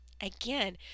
Again